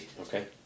okay